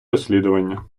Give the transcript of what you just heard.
розслідування